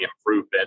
improvement